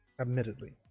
admittedly